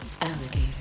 alligator